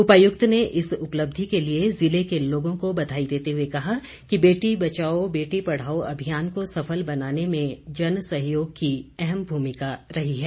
उपायुक्त ने इस उपलब्धि के लिए जिले के लोगों को बधाई देते हुए कहा कि बेटी बचाओ बेटी पढ़ाओ अभियान को सफल बनाने में जन सहयोग की अहम भूमिका रही है